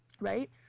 right